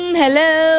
hello